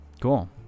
Cool